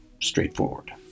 straightforward